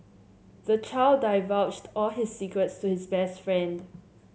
the child divulged all his secrets to his best friend